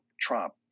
Trump